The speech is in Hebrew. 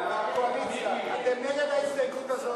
אתם נגד ההסתייגות הזאת,